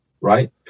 right